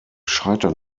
scheitern